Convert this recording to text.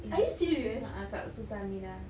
mm a'ah kat sultan aminah